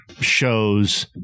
shows